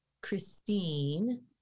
Christine